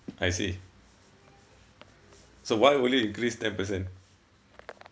I see so why will it increase ten percent